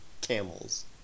camels